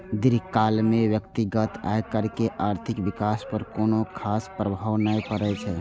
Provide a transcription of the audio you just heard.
दीर्घकाल मे व्यक्तिगत आयकर के आर्थिक विकास पर कोनो खास प्रभाव नै पड़ै छै